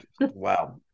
Wow